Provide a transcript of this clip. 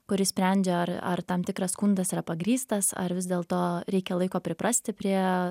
kuri sprendžia ar ar tam tikras skundas yra pagrįstas ar vis dėlto reikia laiko priprasti prie